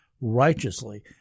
righteously